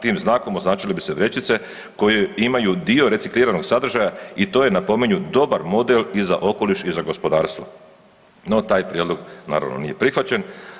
Tim znakom označile bi se vrećice koje imaju dio recikliranog sadržaja i to je napominju dobar model i za okoliš i za gospodarstvo, no taj prijedlog naravno nije prihvaćen.